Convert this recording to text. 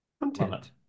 Content